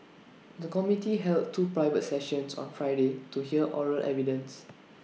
the committee held two private sessions on Friday to hear oral evidence